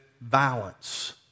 violence